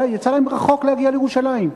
יצא להם רחוק להגיע לירושלים.